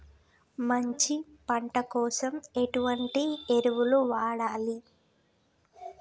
మంచి పంట కోసం ఎటువంటి ఎరువులు వాడాలి?